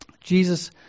Jesus